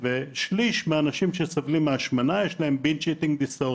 לשליש מהאנשים שסובלים מהשמנה יש Binge eating disorder.